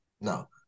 No